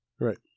Right